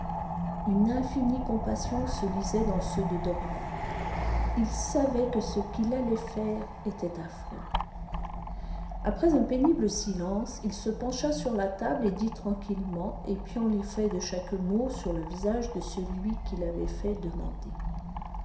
une infinie compassion se lisait dans ceux de dorian il savait que ce qu'il allait faire était affreux après un pénible silence il se pencha sur la table et dit tranquillement épiant l'effet de chaque mot sur le visage de celui qu'il avait fait demander